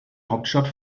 hauptstadt